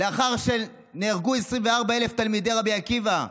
לאחר שנהרגו 24,000 תלמידי רבי עקיבא,